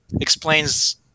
explains